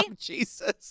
Jesus